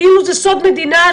כאילו זה סוד מדינה,